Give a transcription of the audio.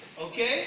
Okay